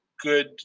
good